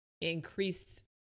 increase